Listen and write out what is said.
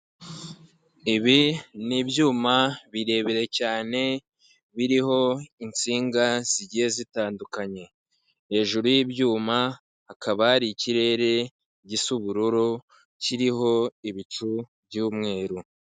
Ibi ni ibyuma birebire cyane biriho insinga zigiye zitandukanye, hejuru y'ibyuma hakaba hari ikirere gisa ubururu kiriho ibicu by'umweru.